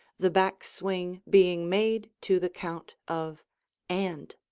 the back swing being made to the count of and.